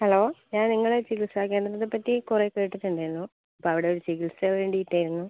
hello ഞാൻ നിങ്ങളുടെ ചികിത്സാ കേന്ദ്രത്തെ പറ്റി കുറെ കേട്ടിട്ട് ഉണ്ടായിരുന്നു അപ്പോൾ അവിടെ ഒരു ചികിത്സ വേണ്ടിയിട്ടായിരുന്നു